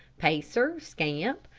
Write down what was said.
pacer, scamp,